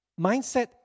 Mindset